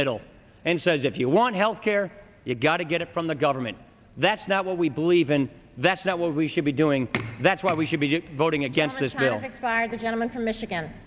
middle and says if you want health care you've got to get it from the government that's not what we believe in that's not what we should be doing that's what we should be voting against this bill by a gentleman from michigan